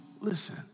listen